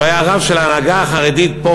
שהיה הרב של ההנהגה החרדית פה,